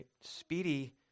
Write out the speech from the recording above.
Speedy